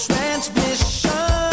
Transmission